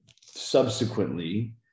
subsequently